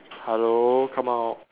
hello come out